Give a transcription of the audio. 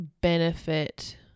benefit